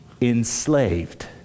enslaved